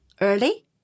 early